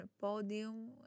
podium